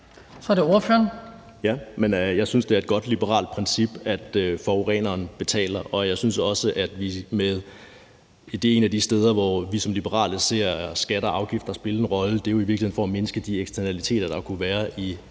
Steffen W. Frølund (LA): Jeg synes, det er et godt liberalt princip, at forureneren betaler, og et af de steder, hvor vi som liberale ser skatter og afgifter spille en rolle, er jo i virkeligheden i forhold til at mindske de eksternaliteter, der kunne være i